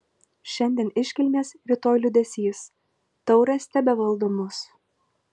šiandien iškilmės rytoj liūdesys taurės tebevaldo mus